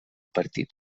partit